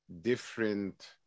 different